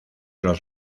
los